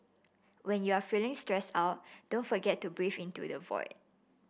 when you are feeling stressed out don't forget to breathe into the void